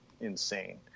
insane